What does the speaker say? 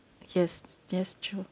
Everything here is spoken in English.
yes that's true